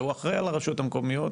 שהוא אחראי על הרשויות המקומיות,